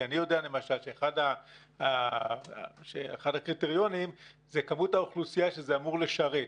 כי אני יודע שאחד הקריטריונים הוא כמות האוכלוסייה שזה אמור לשרת,